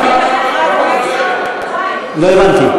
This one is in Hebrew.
אבל איך ראש הממשלה יוכל לדעת, לא הבנתי.